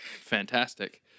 fantastic